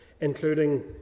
including